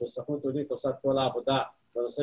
והסוכנות היהודית עושה את כל העבודה בנושא